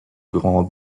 grands